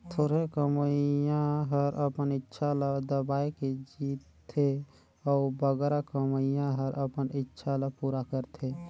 थोरहें कमोइया हर अपन इक्छा ल दबाए के जीथे अउ बगरा कमोइया हर अपन इक्छा ल पूरा करथे